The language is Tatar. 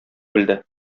үлде